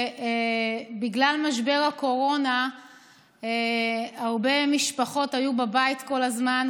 בגלל משבר הקורונה הרבה משפחות היו בבית כל הזמן,